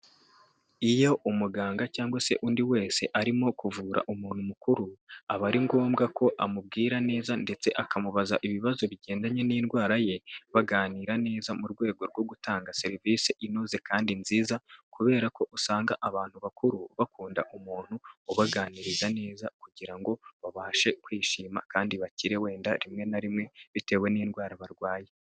Iyo umuganga cyangwa se undi wese arimo kuvura umuntu mukuru, aba ari ngombwa ko amubwira neza ndetse akamubaza ibibazo bigendanye n'indwara ye, baganira neza mu rwego rwo gutanga serivise inoze kandi nziza kubera ko usanga abantu bakuru, bakunda umuntu ubaganiriza neza kugira ngo babashe kwishima kandi bakire wenda, rimwe na rimwe bitewe n'indwara barwaye.